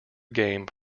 game